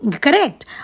Correct